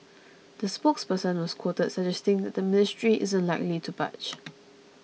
the spokesperson was quoted suggesting that the ministry isn't likely to budge